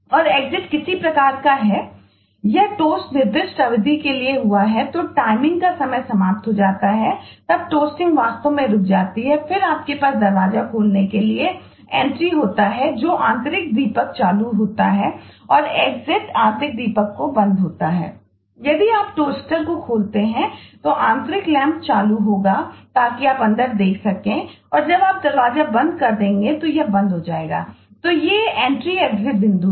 और एग्जिट बिंदु हैं